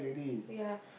ya